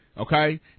Okay